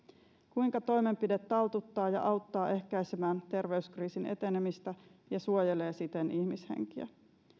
kuinka toimenpide taltuttaa ja auttaa ehkäisemään terveyskriisin etenemistä ja suojelee siten ihmishenkiä